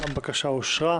הבקשה אושרה.